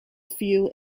few